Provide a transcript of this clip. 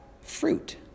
fruit